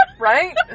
right